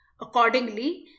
Accordingly